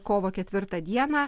kovo ketvirtą dieną